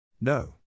No